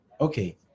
okay